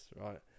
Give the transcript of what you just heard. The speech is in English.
right